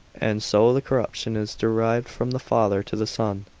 and so the corruption is derived from the father to the son.